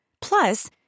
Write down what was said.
Plus